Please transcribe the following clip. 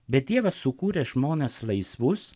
bet dievas sukūrė žmones laisvus